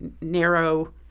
narrow